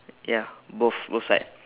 ya both both side